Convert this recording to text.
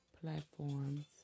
platforms